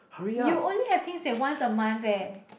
you only have things that once a month eh